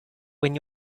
when